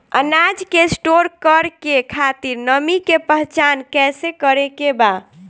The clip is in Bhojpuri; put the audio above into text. अनाज के स्टोर करके खातिर नमी के पहचान कैसे करेके बा?